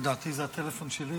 לדעתי זה הטלפון שלי.